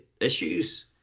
issues